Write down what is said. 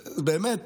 באמת,